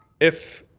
if